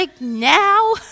now